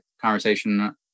conversation